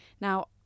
Now